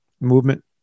movement